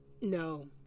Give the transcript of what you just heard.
No